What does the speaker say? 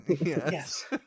Yes